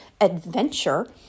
adventure